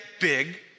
big